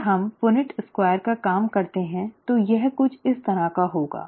अगर हम Punnett square का काम करते हैं तो यह कुछ इस तरह का होगा